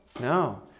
no